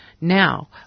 Now